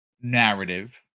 narrative